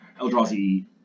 Eldrazi